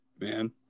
man